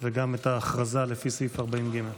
וגם את ההכרזה לפי סעיף 40(ג).